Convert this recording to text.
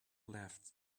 left